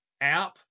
app